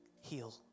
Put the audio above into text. heal